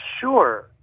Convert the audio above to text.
Sure